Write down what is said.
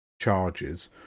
charges